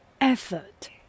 effort